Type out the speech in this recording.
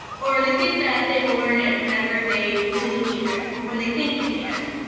or they think that they will learn it whenever they really need it or when they think they need it.